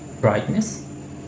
brightness